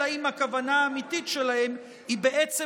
אלא אם כן הכוונה האמיתית שלהם היא בעצם